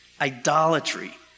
idolatry